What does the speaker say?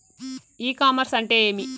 ఇ commerce అంటే ఏమి?